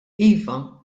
iva